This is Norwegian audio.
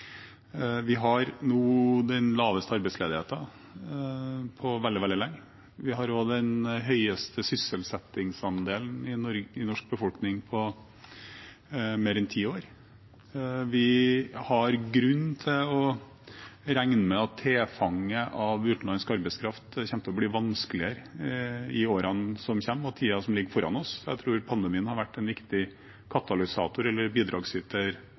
vi nå har den laveste arbeidsledigheten på veldig, veldig lenge. Vi har også den høyeste sysselsettingsandelen i norsk befolkning på mer enn ti år. Vi har grunn til å regne med at tilfanget av utenlandsk arbeidskraft kommer til å bli vanskeligere i årene som kommer og tiden som ligger foran oss. Jeg tror pandemien har vært en viktig katalysator eller